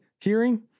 hearing